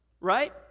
right